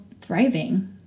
thriving